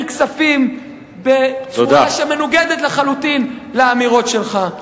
כספים בצורה שמנוגדת לחלוטין לאמירות שלך.